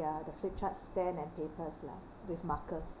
ya the flip chart stands and paper lah with markers